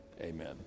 Amen